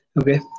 okay